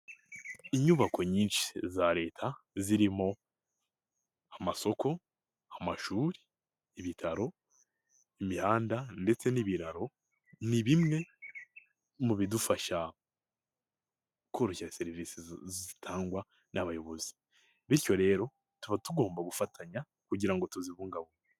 Inyubako nyinshi za Leta zirimo: amasoko, amashuri, ibitaro, imihanda ndetse n'ibiraro. Ni bimwe mu bidufasha koroshya serivisi zitangwa n'abayobozi bityo rero tuba tugomba gufatanya kugira ngo tuzibungabunge.